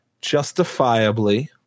Justifiably